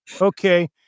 Okay